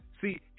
see